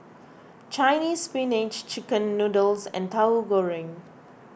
Chinese Spinach Chicken Noodles and Tauhu Goreng